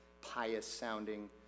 pious-sounding